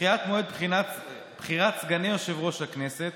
ודחיית מועד סגני יושבי-ראש הכנסת